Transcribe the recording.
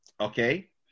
Okay